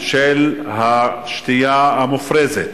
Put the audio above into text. של השתייה המופרזת,